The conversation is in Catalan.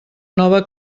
nova